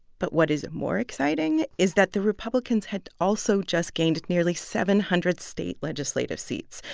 but what is more exciting is that the republicans had also just gained nearly seven hundred state legislative seats.